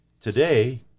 today